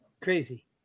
Crazy